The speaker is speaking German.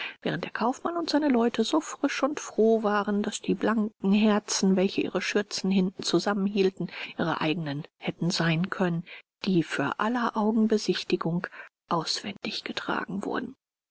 während der kaufmann und seine leute so frisch und froh waren daß die blanken herzen welche ihre schürzen hinten zusammenhielten ihre eigenen hätten sein können die für aller augen besichtigung auswendig getragen wurden